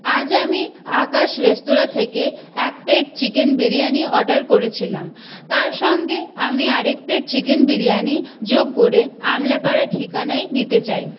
আজ আমি আকাশ রেস্তোরাঁ থেকে এক প্লেট চিকেন বিরিয়ানি অর্ডার করেছিলাম তার সঙ্গে আমি আরেক প্লেট চিকেন বিরিয়ানি যোগ করে আমলা পাড়া ঠিকানায় নিতে চাই